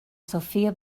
sofia